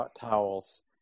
towels